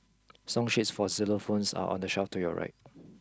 song sheets for xylophones are on the shelf to your right